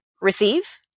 Receive